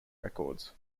records